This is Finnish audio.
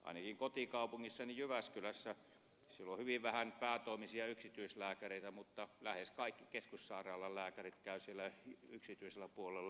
ainakin kotikaupungissani jyväskylässä on hyvin vähän päätoimisia yksityislääkäreitä mutta lähes kaikki keskussairaalan lääkärit käyvät siellä yksityisellä puolella